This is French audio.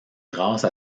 grâce